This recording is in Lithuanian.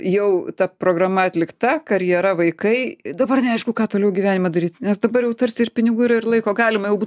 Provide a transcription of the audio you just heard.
jau ta programa atlikta karjera vaikai dabar neaišku ką toliau gyvenime daryt nes dabar jau tarsi ir pinigų yra ir laiko galima jau būt